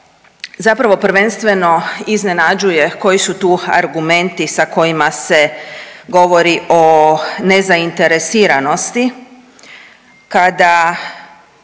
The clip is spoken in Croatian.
zapravo prvenstveno iznenađuje koji su tu argumenti sa kojima se govori o nezainteresiranosti kada